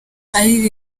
ari